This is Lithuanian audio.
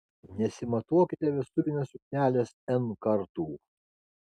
nesimatuokite vestuvinės suknelės n kartų